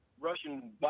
Russian